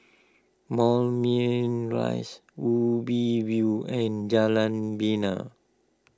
Moulmein Rise Ubi View and Jalan Bena